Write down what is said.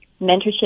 mentorship